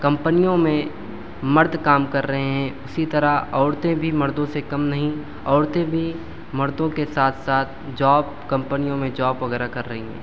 کمپنیوں میں مرد کام کر رہے ہیں اسی طرح عورتیں بھی مردوں سے کم نہیں عورتیں بھی مردوں کے ساتھ ساتھ جاب کمپنیوں میں جاب وغیرہ کر رہی ہیں